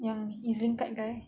yang is guy